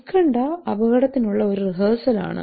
ഉത്കണ്ഠ അപകടത്തിനുള്ള ഒരു റിഹേഴ്സലാണ്